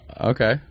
Okay